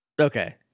Okay